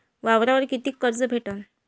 वावरावर कितीक कर्ज भेटन?